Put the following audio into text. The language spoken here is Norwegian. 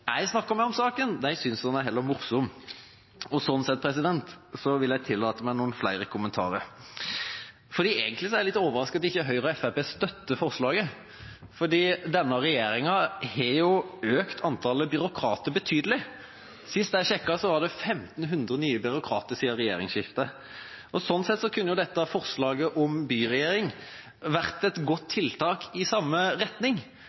jeg snakker med om saken, synes den er heller morsom. Sånn sett vil jeg tillate meg noen flere kommentarer. Egentlig er jeg litt overrasket over at Høyre og Fremskrittspartiet ikke støtter forslaget, for denne regjeringa har jo økt antallet byråkrater betydelig. Sist jeg sjekket, var det 1 500 nye byråkrater siden regjeringsskiftet. Sånn sett kunne dette forslaget om en byregjering vært et godt tiltak i samme retning,